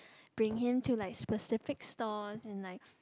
bring him to like specific stores and like